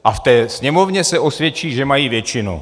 A v té Sněmovně se osvědčí, že mají většinu.